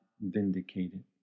vindicated